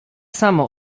samo